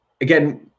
again